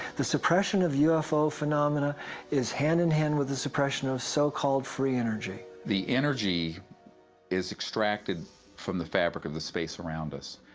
the suppression of ufo phenomena is hand in hand with the suppression of so-called free energy. the energy is extracted from the fabric of space around us,